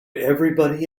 everybody